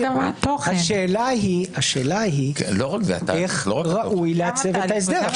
השאלה היא איך ראוי לעצב את ההסדר.